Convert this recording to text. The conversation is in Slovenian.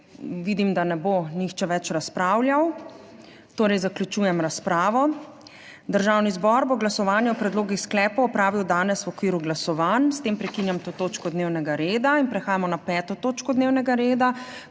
Vidim, da ne bo nihče več razpravljal, torej zaključujem razpravo. Državni zbor bo glasovanje o predlogih sklepov opravil danes v okviru glasovanj. S tem prekinjam to točko dnevnega reda. Prehajamo na **5. TOČKO DNEVNEGA REDA,